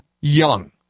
Young